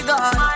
God